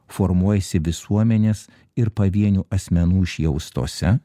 formuojasi visuomenės ir pavienių asmenų išjaustose